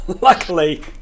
Luckily